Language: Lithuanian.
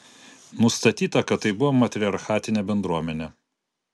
nustatyta kad tai buvo matriarchatinė bendruomenė